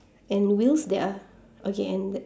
and the wheels there are okay and the